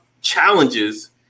challenges